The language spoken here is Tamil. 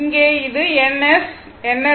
இங்கே இது N S N S